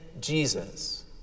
Jesus